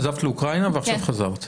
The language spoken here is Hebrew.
עזבת לאוקראינה ועכשיו חזרת?